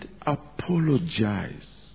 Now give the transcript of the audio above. apologize